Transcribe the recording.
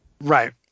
Right